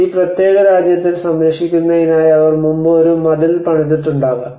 ഈ പ്രത്യേക രാജ്യത്തെ സംരക്ഷിക്കുന്നതിനായി അവർ മുമ്പ് ഒരു മതിൽ പണിതിട്ടുണ്ടാകാം